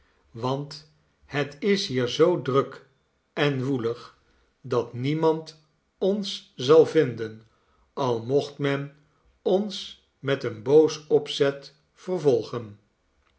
want het is hier zoo druk en woelig dat niemand ons zal vinden al mocht men ons met een boos opzet vervolgen